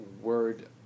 word